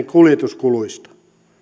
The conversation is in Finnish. kuljetuskuluista